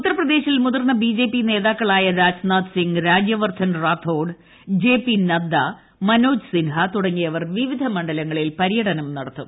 ഉത്തർപ്രദേശിൽ മുതിർന്ന B J P നേതാക്കളായ രാജ്നാഥ് സിംഗ് രാജൃവർദ്ധൻ റാത്തോഡ് ജെ പി നദ്ദ മനോജ് സിൻഹ തുടങ്ങിയവർ വിവിധ മണ്ഡലങ്ങളിൽ പര്യടനം നടത്തും